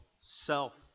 self